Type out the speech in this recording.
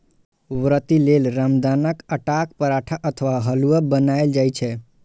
व्रती लेल रामदानाक आटाक पराठा अथवा हलुआ बनाएल जाइ छै